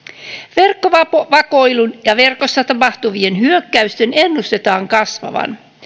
verkkovakoilun ja verkossa tapahtuvien hyökkäysten ennustetaan kasvavan